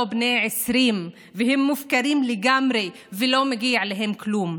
בני 20 והם מופקרים לגמרי ולא מגיע להם כלום,